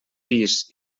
pis